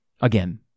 Again